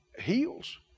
heals